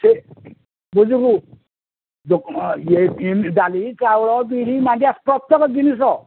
ସେ ବୁଝିଲୁ ଡାଲି ଚାଉଳ ବିରି ମାଣ୍ଡିଆ ପ୍ରତ୍ୟେକ ଜିନିଷ